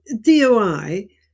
DOI